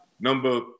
Number